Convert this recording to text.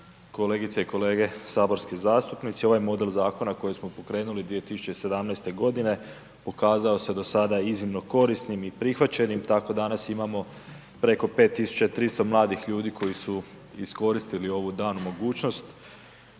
kolegice i kolege saborski zastupnici. Ovaj model zakona koji smo pokrenuli 2017. godine pokazao se do sada iznimno korisnim i prihvaćenim. Tako danas imamo preko 5 tisuća 300 mladih ljudi koji su iskoristili ovu danu mogućnost,